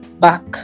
back